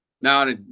Now